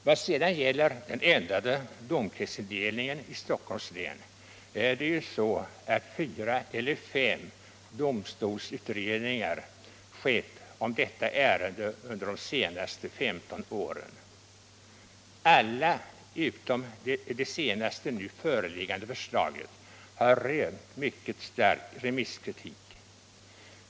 Vad sedan gäller den ändrade domkretsindelningen i Stockholms län är det ju så att fyra eller fem domstolsutredningar har gjorts om detta ärende under de senaste femton åren. Alla, utom det senast föreliggande förslaget, har rönt mycket stark remisskritik.